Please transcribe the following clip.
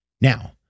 Now